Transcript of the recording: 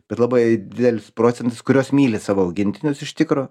bet labai dielis procentas kuriuos myli savo augintinius iš tikro